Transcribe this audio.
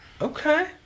Okay